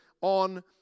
on